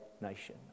nation